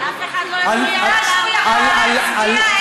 אף אחד לא הפריע לו לעמוד על הערכים שלו.